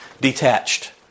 detached